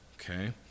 okay